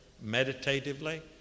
meditatively